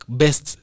best